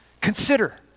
Consider